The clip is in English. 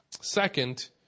Second